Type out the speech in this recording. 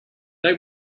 they